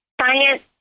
science